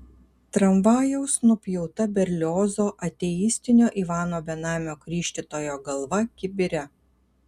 tramvajaus nupjauta berliozo ateistinio ivano benamio krikštytojo galva kibire